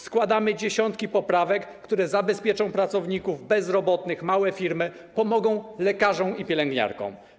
Składamy dziesiątki poprawek, które zabezpieczą pracowników, bezrobotnych, małe firmy, pomogą lekarzom i pielęgniarkom.